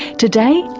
today,